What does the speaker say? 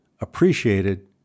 appreciated